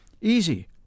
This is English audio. Easy